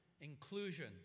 inclusion